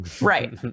Right